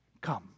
come